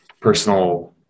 personal